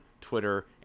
Twitter